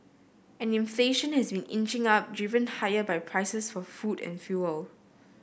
and inflation has been inching up driven by higher prices for food and fuel